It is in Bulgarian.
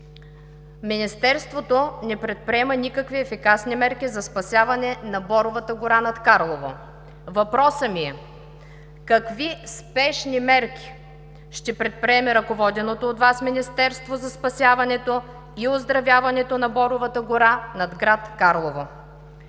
Министерството не предприема никакви ефикасни мерки за спасяване на боровата гора над Карлово. Въпросът ми е: какви спешни мерки ще предприеме ръководеното от Вас Министерство за спасяването и оздравяването на боровата гора над град Карлово?